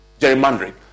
gerrymandering